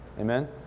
Amen